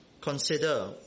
Consider